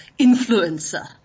influencer